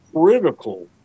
critical